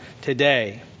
today